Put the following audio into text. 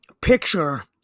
picture